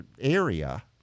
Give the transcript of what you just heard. area